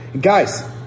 Guys